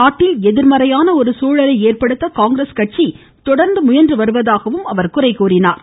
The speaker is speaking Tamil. நாட்டில் எதிர்மறையான ஒரு சூழலை ஏற்படுத்த காங்கிரஸ் கட்சி தொடர்ந்து முயன்று வருவதாக அவர் குறை கூறினார்